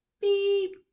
beep